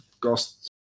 cost